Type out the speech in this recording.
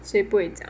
谁不会讲